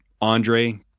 andre